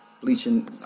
bleaching